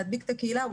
להדביק את הקהילה,